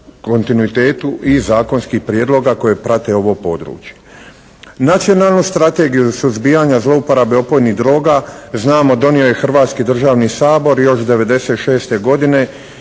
kontinuitetu i zakonskih prijedloga koje prate ovo područje. Nacionalnu strategiju ili suzbijanja zlouporabe opojnih droga znamo donio je Hrvatski državni sabor još 1996. godine